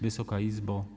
Wysoka Izbo!